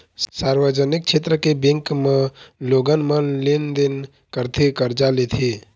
सार्वजनिक छेत्र के बेंक म लोगन मन लेन देन करथे, करजा लेथे